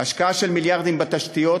השקעה של מיליארדים בתשתיות